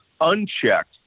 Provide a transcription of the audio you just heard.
unchecked